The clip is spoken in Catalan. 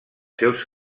seus